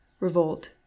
revolt